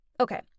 Okay